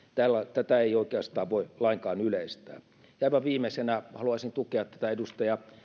tätä ei oikeastaan voi lainkaan yleistää aivan viimeisenä haluaisin tukea tätä edustaja